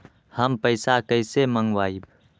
हम पैसा कईसे मंगवाई?